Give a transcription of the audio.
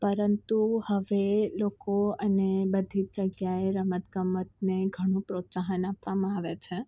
પરંતુ હવે લોકો અને બધી જગ્યાએ રમત ગમતને ઘણું પ્રોત્સાહન આપવામાં આવે છે